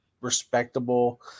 respectable